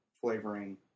flavoring